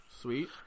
Sweet